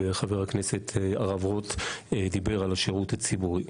וחבר הכנסת הרב רוט דיבר על השירות הציבורי.